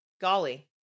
Golly